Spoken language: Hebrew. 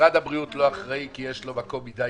משרד הבריאות לא אחראי כי יש לו מקום קטן מדי,